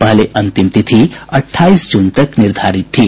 पहले अंतिम तिथि अट्ठाईस जून तक निर्धारित थी